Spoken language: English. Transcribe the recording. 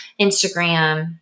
Instagram